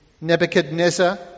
Nebuchadnezzar